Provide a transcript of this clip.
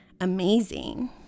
amazing